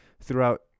throughout